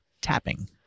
tapping